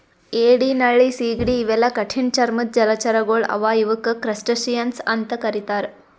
ಏಡಿ ನಳ್ಳಿ ಸೀಗಡಿ ಇವೆಲ್ಲಾ ಕಠಿಣ್ ಚರ್ಮದ್ದ್ ಜಲಚರಗೊಳ್ ಅವಾ ಇವಕ್ಕ್ ಕ್ರಸ್ಟಸಿಯನ್ಸ್ ಅಂತಾ ಕರಿತಾರ್